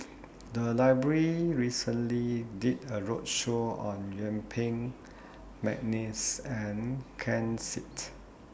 The Library recently did A roadshow on Yuen Peng Mcneice and Ken Seet